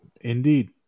Indeed